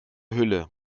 hülle